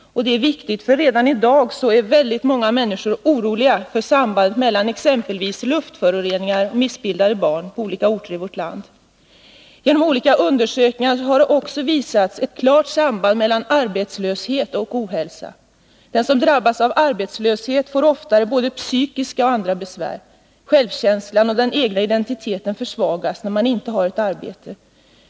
Det är viktigt. Ty redan i dag är många människor på olika orter i vårt land oroliga för sambandet mellan luftföroreningar och missbildade barn. Genom olika undersökningar har det också visats ett klart samband mellan arbetslöshet och ohälsa. Den som drabbas av arbetslöshet får oftare både psykiska och andra besvär. Självkänslan och den egna identiteten försvagas när man inte har ett arbete.